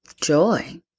joy